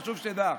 חשוב שתדע.